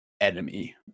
enemy